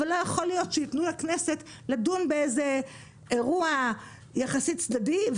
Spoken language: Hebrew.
אבל לא יכול להיות שיתנו לכנסת לדון באיזה אירוע יחסית צדדי,